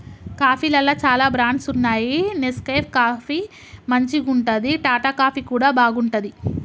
కాఫీలల్ల చాల బ్రాండ్స్ వున్నాయి నెస్కేఫ్ కాఫీ మంచిగుంటది, టాటా కాఫీ కూడా బాగుంటది